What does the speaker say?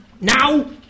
Now